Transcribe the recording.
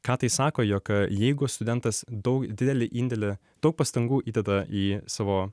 ką tai sako jog jeigu studentas daug didelį indėlį daug pastangų įdeda į savo